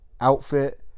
outfit